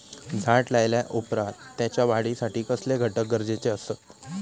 झाड लायल्या ओप्रात त्याच्या वाढीसाठी कसले घटक गरजेचे असत?